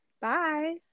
bye